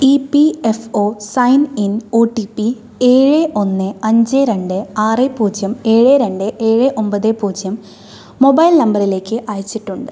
E P F O sign in O T P ഏഴ് ഒന്ന് അഞ്ച് രണ്ട് ആറ് പൂജ്യം ഏഴ് രണ്ട് ഏഴ് ഒമ്പത് പൂജ്യം മൊബൈൽ നമ്പറിലേക്ക് അയച്ചിട്ടുണ്ട്